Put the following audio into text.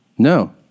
No